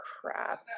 crap